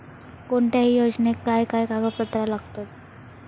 कोणत्याही योजनेक काय काय कागदपत्र लागतत?